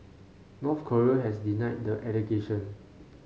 North Korea has denied the allegation